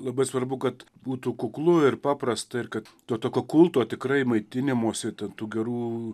labai svarbu kad būtų kuklu ir paprasta ir kad to tokio kulto tikrai maitinimosi ta tų gerų